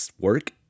work